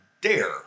Dare